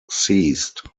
ceased